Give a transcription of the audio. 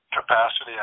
Capacity